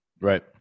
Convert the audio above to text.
Right